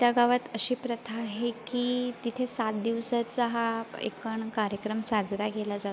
त्या गावात अशी प्रथा आहे की तिथे सात दिवसाचा हा एकूण कार्यक्रम साजरा केला जातो